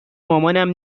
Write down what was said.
مامانم